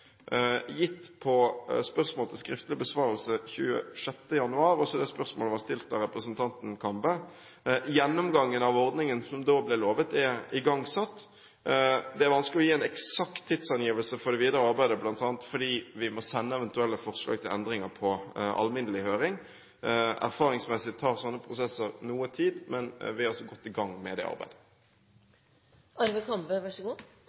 gitt på spørsmål til skriftlig besvarelse 26. januar. Også det spørsmålet var stilt av representanten Kambe. Gjennomgangen av ordningen som da ble lovet, er igangsatt. Det er vanskelig å gi en eksakt tidsangivelse for det videre arbeidet, bl.a. fordi vi må sende eventuelle forslag til endringer på alminnelig høring. Erfaringsmessig tar slike prosesser noe tid. Men vi er altså godt i gang med det